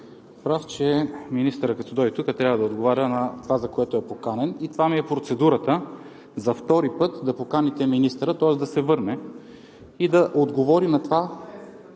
прав, че министърът, като дойде тук, трябва да отговаря на това, за което е поканен, и това ми е процедурата – за втори път да поканите министъра. Тоест да се върне и да отговори на това